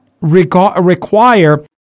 require